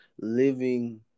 Living